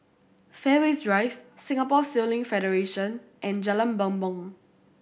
Fairways Drive Singapore Sailing Federation and Jalan Bumbong